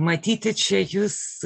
matyti čia jus